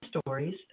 stories